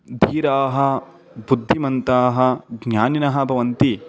धीराः भुद्धिमन्ताः ज्ञानिनः भवन्ति